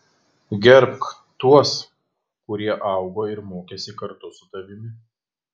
gerbk tuos kurie augo ir mokėsi kartu su tavimi